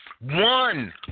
One